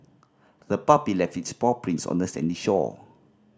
the puppy left its paw prints on the sandy shore